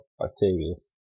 Octavius